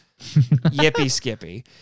Yippee-skippy